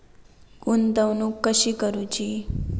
गुंतवणूक कशी करूची?